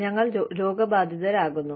ഞങ്ങൾ രോഗബാധിതരാകുന്നു